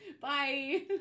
Bye